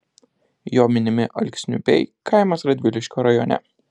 jo minimi alksniupiai kaimas radviliškio rajone